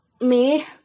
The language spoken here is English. made